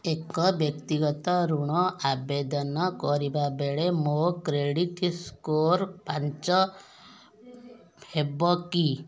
ଏକ ବ୍ୟକ୍ତିଗତ ଋଣ ଆବେଦନ କରିବା ବେଳେ ମୋ କ୍ରେଡିଟ ସ୍କୋର ପାଞ୍ଚ ହେବ କି